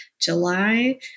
July